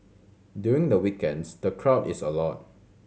during the weekends the crowd is a lot